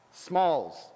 Smalls